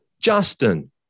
Justin